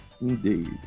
Indeed